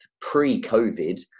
pre-COVID